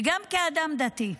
וגם כאדם דתי,